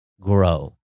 grow